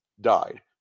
died